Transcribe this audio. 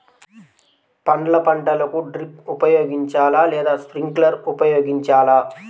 పండ్ల పంటలకు డ్రిప్ ఉపయోగించాలా లేదా స్ప్రింక్లర్ ఉపయోగించాలా?